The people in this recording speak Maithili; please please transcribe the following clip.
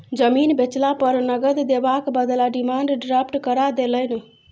जमीन बेचला पर नगद देबाक बदला डिमांड ड्राफ्ट धरा देलनि